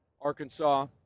Arkansas